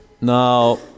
Now